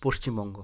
Paschimbanga